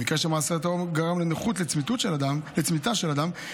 במקרה שמעשה הטרור גרם לנכות צמיתה של אדם,